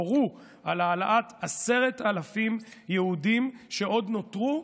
הורו על העלאת 10,000 יהודים שעוד נותרו.